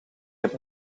heb